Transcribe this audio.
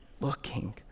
looking